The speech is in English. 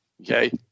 okay